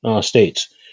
states